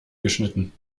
geschnitten